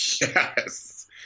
Yes